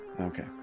Okay